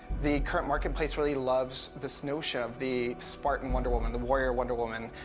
the current marketplace really loves this notion of the spartan wonder woman, the warrior wonder woman,